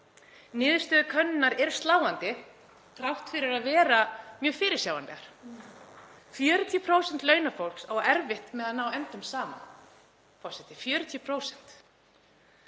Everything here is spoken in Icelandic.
Niðurstöður könnunarinnar eru sláandi þrátt fyrir að vera mjög fyrirsjáanlegar; 40% launafólks á erfitt með að ná endum saman, forseti, 40%.